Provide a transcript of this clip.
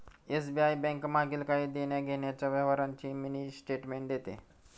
SBI bank मागील काही देण्याघेण्याच्या व्यवहारांची मिनी स्टेटमेंट देते